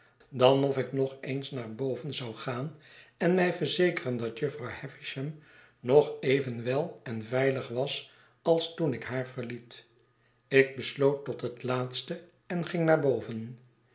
dan of ik nog eens naar boven zou gaan en mij verzekeren dat jufvrouw havisham nog even wel en veiligwas als toen ik haar verliet ik besloot tot het laatste en ging naar boven